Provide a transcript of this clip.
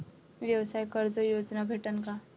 व्यवसाय कर्ज योजना भेटेन का?